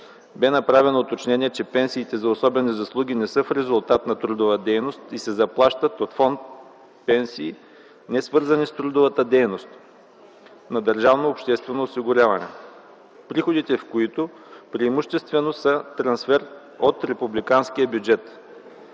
Бе направено уточнение, че пенсиите за особени заслуги не са в резултат на трудова дейност и се изплащат от Фонд „Пенсии, несвързани с трудова дейност” на Държавното обществено осигуряване, приходите в който преимуществено са трансфер от републиканския бюджет.